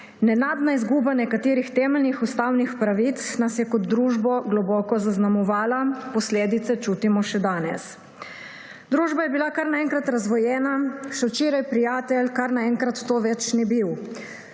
Nenadna izguba nekaterih temeljnih ustavnih pravic nas je kot družbo globoko zaznamovala, posledice čutimo še danes. Družba je bila kar naenkrat razdvojena, še včeraj prijatelj kar naenkrat to več ni bil.